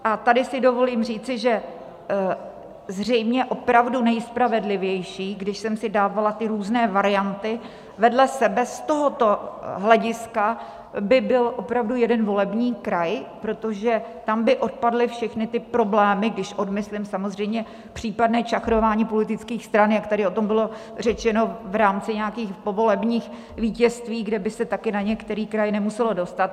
A tady si dovolím říci, že zřejmě opravdu nejspravedlivější, když jsem si dávala ty různé varianty vedle sebe z tohoto hlediska, by byl opravdu jeden volební kraj, protože tam by odpadly všechny ty problémy, když odmyslím samozřejmě případné čachrování politických stran, jak tady o tom bylo řečeno, v rámci nějakých povolebních vítězství, kde by se taky na některý kraj nemuselo dostat.